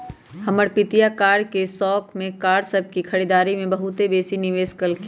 हमर पितिया कार के शौख में कार सभ के खरीदारी में बहुते बेशी निवेश कलखिंन्ह